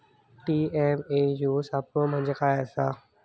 TNAU सापलो म्हणजे काय असतां?